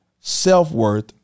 self-worth